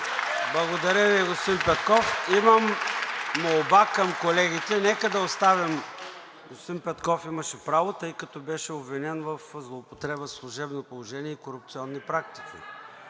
Благодаря, господин Петков. Имам молба към колегите – господин Петков имаше право, тъй като беше обвинен в злоупотреба със служебно положение и корупционни практики,